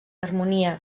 harmonia